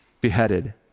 beheaded